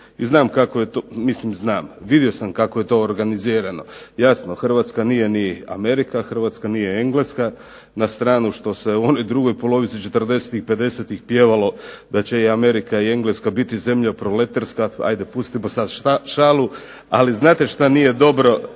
i znam kako je, mislim znam, vidio sam kako je to organizirano. Jasno, Hrvatska nije ni Amerika, Hrvatska nije ni Engleska, na stranu što se oni u drugoj polovici '40.-tih, '50.-tih pjevalo da će i Amerika i Engleska biti zemlja proleterska, ajde pustimo sad šalu. Ali znate šta nije dobro